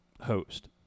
host